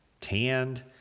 tanned